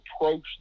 approach